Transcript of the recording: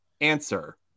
answer